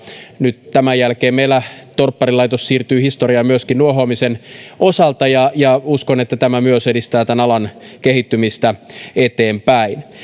nyt tämän jälkeen meillä torpparilaitos siirtyy historiaan myöskin nuohoamisen osalta ja ja uskon että tämä myös edistää tämän alan kehittymistä eteenpäin